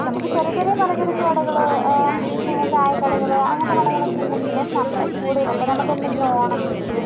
നമുക്ക് ചെറിയ ചെറിയ പലചരക്ക് കടകള് പിന്നെ ചായക്കടകള് അങ്ങനത്തെ കടകളൊക്കെ ഉണ്ടെങ്കിലും നമ്മള് കൂടില്ല അപ്പോൾ നമുക്കെന്തെങ്കിലും ഓണം വിഷു